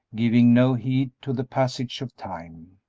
giving no heed to the passage of time,